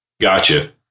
Gotcha